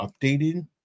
updated